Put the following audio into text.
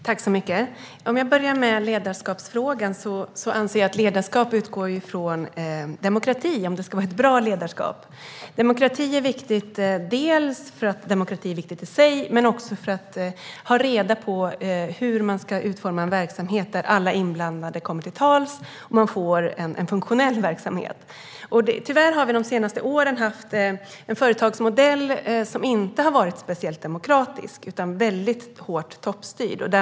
Herr talman! Låt mig börja med ledarskapsfrågan. Jag anser att ledarskap utgår från demokrati om det ska vara ett bra ledarskap. Demokrati är viktigt, dels i sig, dels för att man ska veta hur man ska utforma en verksamhet där alla inblandade kommer till tals. Man får en funktionell verksamhet. Tyvärr har vi de senaste åren haft en företagsmodell som inte har varit speciellt demokratisk utan hårt toppstyrd.